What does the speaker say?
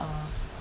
uh